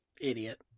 Idiot